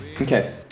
Okay